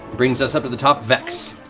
brings us up to the top. vex.